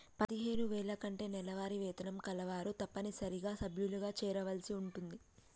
పదిహేను వేల కంటే నెలవారీ వేతనం కలవారు తప్పనిసరిగా సభ్యులుగా చేరవలసి ఉంటుంది